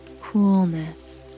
coolness